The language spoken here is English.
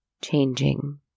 changing